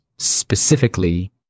specifically